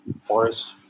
forest